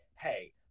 hey